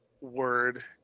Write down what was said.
word